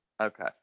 okay